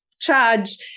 charge